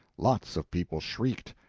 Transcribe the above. lots of people shrieked,